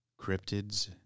cryptids